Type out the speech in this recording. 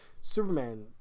superman